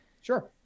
Sure